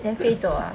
then 飞走啊